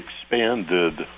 expanded